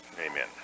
Amen